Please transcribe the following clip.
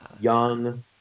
Young